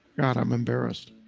god, i'm embarrassed.